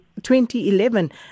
2011